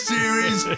Series